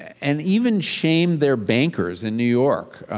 and even shamed their bankers in new york.